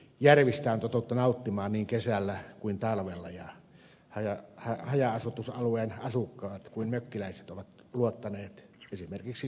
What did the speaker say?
järvistä on totuttu nauttimaan niin kesällä kuin talvella ja niin haja asutusalueen asukkaat kuin mökkiläiset ovat luottaneet esimerkiksi kaivovesiensä puhtauteen